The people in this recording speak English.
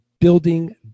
building